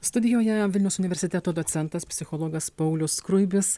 studijoje vilniaus universiteto docentas psichologas paulius skruibis